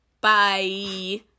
Bye